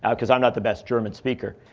because i'm not the best german speaker.